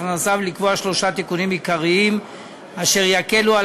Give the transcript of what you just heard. הכנסה ולקבוע שלושה תיקונים עיקריים אשר יקלו על